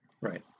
Right